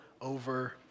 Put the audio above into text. over